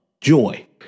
joy